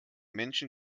menschen